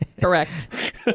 Correct